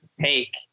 take